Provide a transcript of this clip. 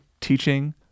teaching